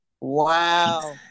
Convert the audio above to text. Wow